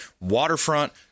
Waterfront